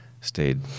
stayed